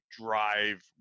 drive